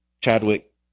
Chadwick